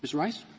rice. rice